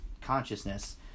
consciousness